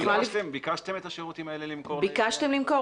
ביקשתם למכור את השירותים האלה לעירייה?